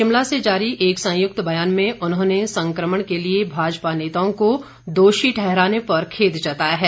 शिमला से जारी एक संयुक्त बयान में उन्होंने संकमण के लिए भाजपा नेताओं को दोषी ठहराने पर खेद जताया है